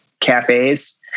cafes